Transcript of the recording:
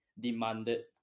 demanded